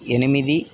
ఎనిమిది